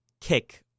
kick